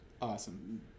Awesome